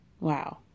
Wow